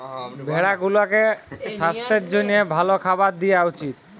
ভেড়া গুলাকে সাস্থের জ্যনহে ভাল খাবার দিঁয়া উচিত